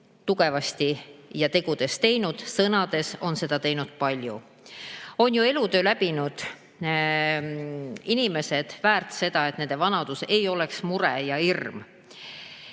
tugevasti ja tegudes teinud. Sõnades on seda teinud paljud. On ju elutöö teinud inimesed väärt seda, et nende vanadus ei oleks mure ja hirm.